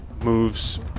moves